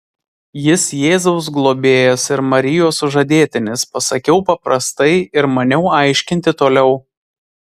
jis jėzaus globėjas ir marijos sužadėtinis pasakiau paprastai ir maniau aiškinti toliau